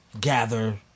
gather